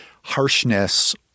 harshness